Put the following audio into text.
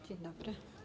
Dzień dobry.